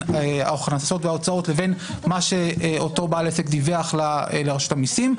ההוצאות וההכנסות לבין מה שאותו בעל עסק דיווח לרשות המסים.